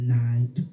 night